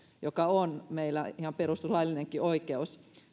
joka on meillä ihan perustuslaillinenkin oikeus